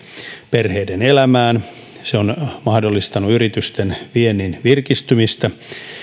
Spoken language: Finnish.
perheiden elämään se on mahdollistanut yritysten viennin virkistymistä